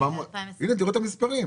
הינה, תראו את המספרים.